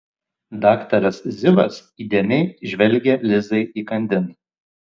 daktaras zivas įdėmiai žvelgė lizai įkandin